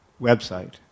website